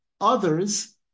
others